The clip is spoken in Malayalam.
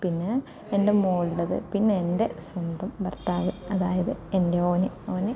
പിന്നെ എൻ്റെ മോളുടേത് പിന്നെ എൻ്റെ സ്വന്തം ഭർത്താവ് അതായത് എൻ്റെ ഓൻ ഓൻ